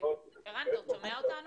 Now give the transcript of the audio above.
אתה שומע אותנו?